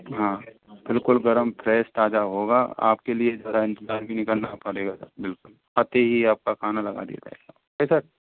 हाँ बिल्कुल गरम फ्रेश ताजा होगा आपके लिए ज़्यादा इंतजार भी नहीं करना पड़ेगा सर बिल्कुल आते ही आपका खाना लगा दिया जाएगा